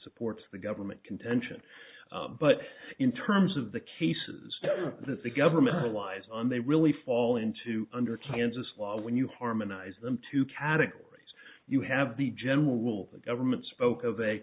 support for the government contention but in terms of the cases that the government relies on they really fall into under kansas law when you harmonize them two categories you have the general rule the government spoke of a